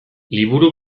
liburu